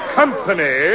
company